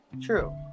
True